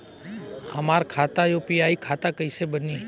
हमार खाता यू.पी.आई खाता कइसे बनी?